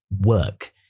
Work